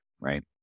Right